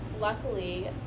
luckily